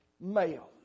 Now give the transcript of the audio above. male